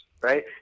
right